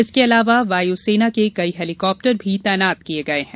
इसके अलावा वायु सेना के कई हेलीकाप्टर भी तैनात किए गए है